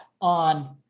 on